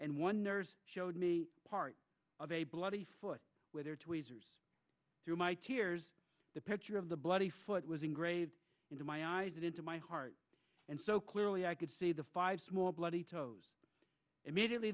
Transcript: and one nurse showed me part of a bloody foot with her tweezers through my tears the picture of the bloody foot was engraved into my eyes and into my heart and so clearly i could see the five small bloody toes immediately